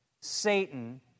Satan